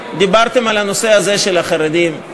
דיברתם על הנושא הזה של החרדים.